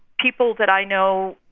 people that i know,